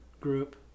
group